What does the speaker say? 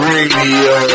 Radio